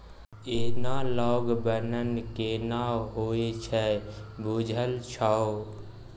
Analogue बन्न केना होए छै बुझल छौ?